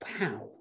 wow